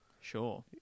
Sure